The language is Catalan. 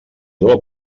del